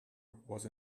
was